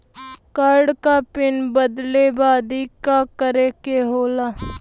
Card क PIN बदले बदी का करे के होला?